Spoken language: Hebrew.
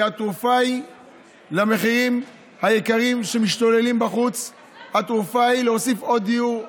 כי התרופה למחירים הגבוהים שמשתוללים היא להוסיף עוד דיור,